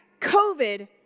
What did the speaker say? COVID